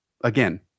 Again